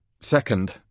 second